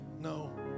no